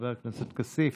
חבר הכנסת כסיף,